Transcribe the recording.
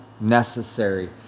necessary